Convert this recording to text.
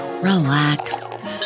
relax